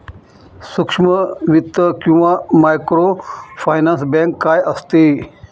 सूक्ष्म वित्त किंवा मायक्रोफायनान्स बँक काय असते?